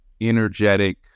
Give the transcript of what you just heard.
energetic